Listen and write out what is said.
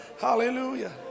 Hallelujah